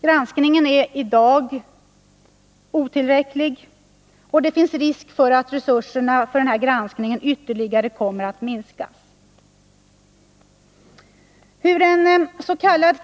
Granskningen är redan i dag otillräcklig, och det finns risk för att resurserna för denna granskning ytterligare kommer att minskas. Hur ens.k.